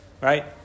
right